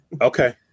Okay